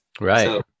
Right